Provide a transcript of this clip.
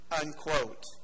unquote